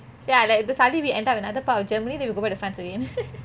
ya like because suddenly we end up another part of germany they we go back to france again